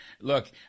look